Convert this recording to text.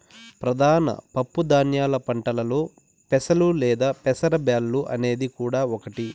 ప్రధాన పప్పు ధాన్యాల పంటలలో పెసలు లేదా పెసర బ్యాల్లు అనేది కూడా ఒకటి